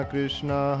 Krishna